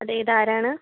അതെ ഇതാരാണ്